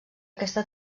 aquesta